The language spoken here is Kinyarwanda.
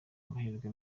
amahirwe